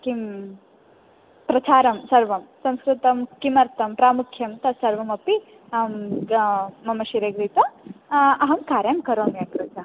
किं प्रचारं सर्वं संस्कृतं किमर्थं प्रामुख्यं तत्सर्वमपि अहं मम शिरे गृहित्वा अहं कार्यं करोमि अग्रज